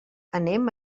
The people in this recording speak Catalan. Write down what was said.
anem